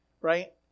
right